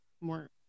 more